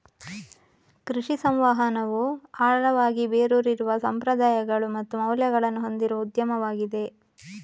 ಕೃಷಿ ಸಂವಹನವು ಆಳವಾಗಿ ಬೇರೂರಿರುವ ಸಂಪ್ರದಾಯಗಳು ಮತ್ತು ಮೌಲ್ಯಗಳನ್ನು ಹೊಂದಿರುವ ಉದ್ಯಮವಾಗಿದೆ